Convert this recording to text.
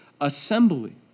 assembly